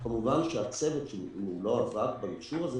אם הצוות לא עבד במכשור הזה,